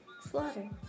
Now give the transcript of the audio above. Slaughter